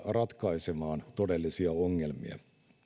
ratkaisemaan todellisia ongelmia